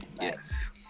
Yes